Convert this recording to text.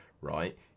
right